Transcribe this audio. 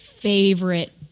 Favorite